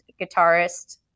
guitarist